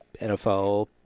NFL